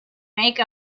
make